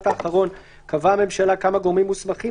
האחרון: קבעה הממשלה כמה גורמים מוסמכים,